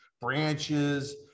branches